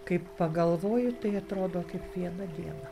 kai pagalvoju tai atrodo kaip viena diena